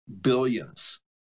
billions